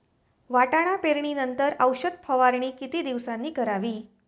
वाटाणा पेरणी नंतर औषध फवारणी किती दिवसांनी करावी?